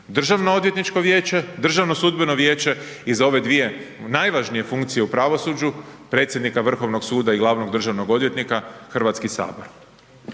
državno odvjetničko vijeće, DSV i za ove dvije najvažnije funkcije u pravosuđu, predsjednika Vrhovnog suda i glavnog državnog odvjetnika HS.